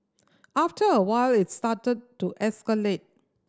after a while it started to escalate